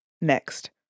Next